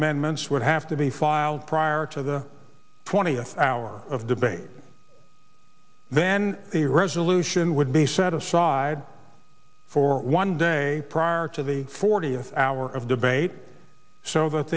amendments would have to be filed prior to the twentieth hour of debate then the resolution would be set aside for one day prior to the fortieth hour of debate so